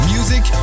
Music